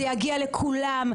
זה יגיע לכולן,